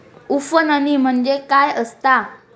उफणणी म्हणजे काय असतां?